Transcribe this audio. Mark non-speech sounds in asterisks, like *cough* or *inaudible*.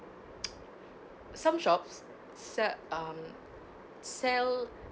*noise* some shops said um sell